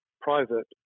private